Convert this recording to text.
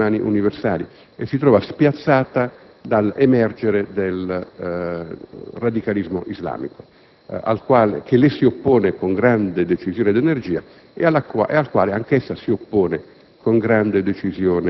fa riferimento a diritti umani universali e si trova spiazzata dall'emergere del radicalismo islamico che le si oppone con grande decisione e energia e al quale anch'essa si oppone